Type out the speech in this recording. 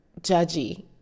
judgy